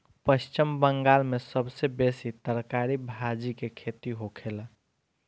पश्चिम बंगाल में सबसे बेसी तरकारी भाजी के खेती होखेला